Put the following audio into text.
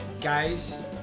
guys